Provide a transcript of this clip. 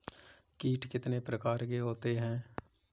कीट कितने प्रकार के होते हैं?